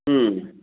ह्म्